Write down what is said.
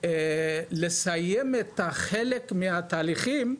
לסיים את חלק מהתהליכים,